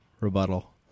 Rebuttal